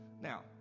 Now